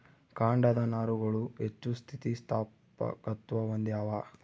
ಕಾಂಡದ ನಾರುಗಳು ಹೆಚ್ಚು ಸ್ಥಿತಿಸ್ಥಾಪಕತ್ವ ಹೊಂದ್ಯಾವ